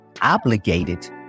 obligated